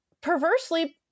perversely